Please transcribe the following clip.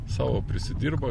savo prisidirbo